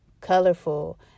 colorful